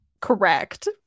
Correct